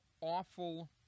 awful